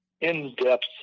in-depth